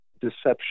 deception